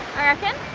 reckon